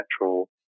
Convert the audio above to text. natural